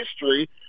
history